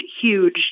huge